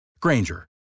Granger